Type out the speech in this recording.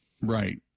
right